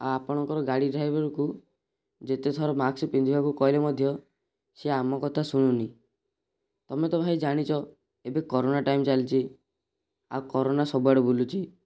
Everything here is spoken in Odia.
ଆପଣଙ୍କର ଗାଡ଼ି ଡ୍ରାଇଭର୍କୁ ଯେତେଥର ମାସ୍କ ପିନ୍ଧିବାକୁ କହିଲେ ମଧ୍ୟ ସେ ଆମ କଥା ଶୁଣୁନି ତୁମେ ତ ଭାଇ ଆମ କଥା ଜାଣିଛ ଏବେ କୋରୋନା ଟାଇମ୍ ଚାଲିଛି ଆଉ କୋରୋନା ସବୁଆଡ଼େ ବୁଲୁଛି